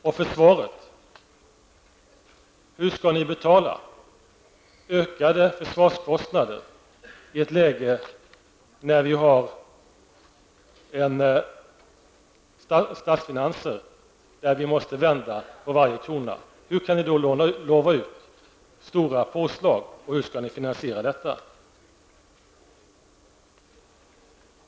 Och hur skall ni betala ökade försvarskostnader i ett läge när statsfinanserna är sådana att vi måste vända på varje krona? Hur kan ni då utlova stora påslag, och hur skall ni finansiera dessa?